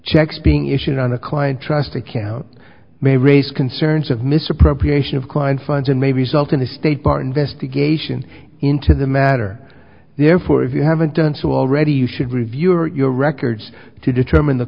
checks being issued on the client trust account may raise concerns of misappropriation of client funds and may be salt in the state part investigation into the matter therefore if you haven't done so already you should review your records to determine the